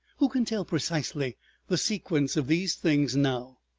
who can tell precisely the sequence of these things now?